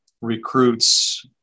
recruits